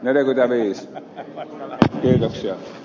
edellytämme että yrityksiä